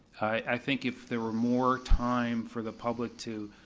i think if there were more time for the public to